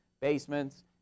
basements